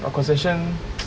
but concession